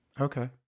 Okay